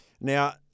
Now